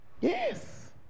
Yes